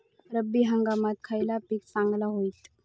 रब्बी हंगामाक खयला पीक चांगला होईत?